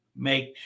make